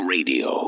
Radio